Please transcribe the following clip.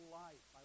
life